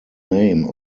name